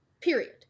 period